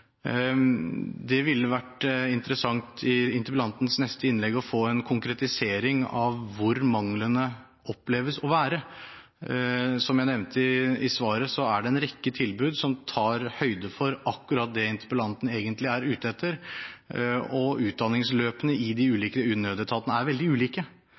Det ville vært interessant i interpellantens neste innlegg å få en konkretisering av hvor manglene oppleves å være. Som jeg nevnte i svaret, er det en rekke tilbud som tar høyde for akkurat det interpellanten egentlig er ute etter, og utdanningsløpene i de ulike nødetatene er veldig ulike.